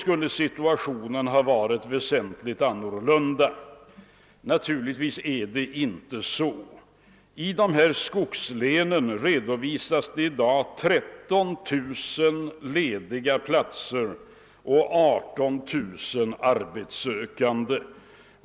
Det förhåller sig inte så. I skogslänen redovisas i dag 13 000 lediga platser och 18 000 arbetssökande.